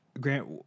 Grant